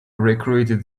recruited